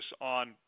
on